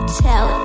tell